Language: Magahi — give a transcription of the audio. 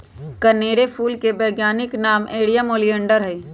कनेर फूल के वैज्ञानिक नाम नेरियम ओलिएंडर हई